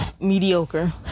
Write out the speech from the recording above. mediocre